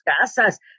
casas